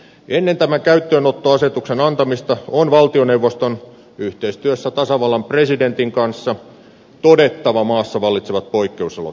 ennen tämän käyttöönottoasetuksen antamista on valtioneuvoston yhteistyössä tasavallan presidentin kanssa todettava maassa vallitsevat poikkeusolot